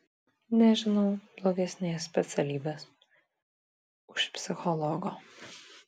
nežinau blogesnės specialybės už psichologo